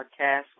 Podcast